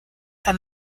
and